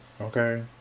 Okay